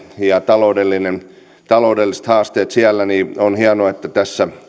ja taloudelliset haasteet siellä huomioon ottaen on hienoa että tässä